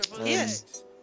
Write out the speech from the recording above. yes